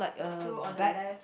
two on the left